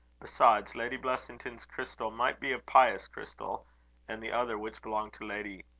besides, lady blessington's crystal might be a pious crystal and the other which belonged to lady